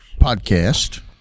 Podcast